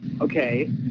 Okay